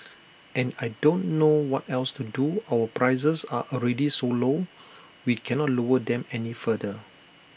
and I don't know what else to do our prices are already so low we can not lower them any further